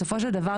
בסופו של דבר,